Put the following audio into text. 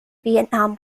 vietnam